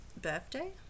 Birthday